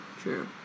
true